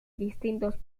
distintos